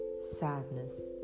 sadness